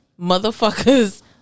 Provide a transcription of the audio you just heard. motherfuckers